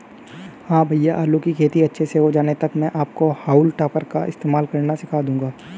हां भैया आलू की खेती अच्छे से हो जाने तक मैं आपको हाउल टॉपर का इस्तेमाल करना सिखा दूंगा